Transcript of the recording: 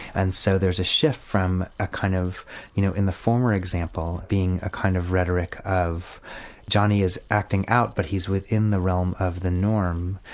and so there's a shift from a kind of you know in the former example being a kind of rhetoric of johnnie is acting out but he's within the realm of the norm.